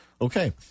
Okay